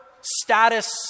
status